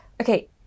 okay